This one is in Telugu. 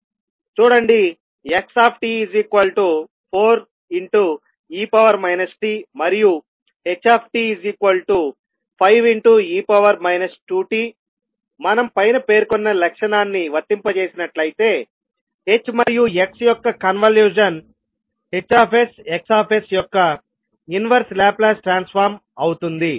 చూడండి x4e tమరియు h 5 e 2tమనం పైన పేర్కొన్న లక్షణాన్ని వర్తింపజేసినట్లయితే h మరియు x యొక్క కన్వల్యూషన్ HsXs యొక్క ఇన్వర్స్ లాప్లాస్ ట్రాన్సఫార్మ్ అవుతుంది